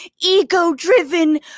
ego-driven